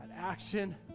action